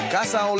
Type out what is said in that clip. Casa